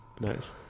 Nice